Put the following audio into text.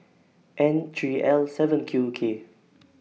N three L seven Q K